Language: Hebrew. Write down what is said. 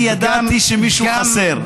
אני ידעתי שמישהו חסר.